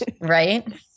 Right